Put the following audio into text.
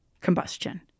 combustion